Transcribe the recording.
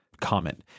comment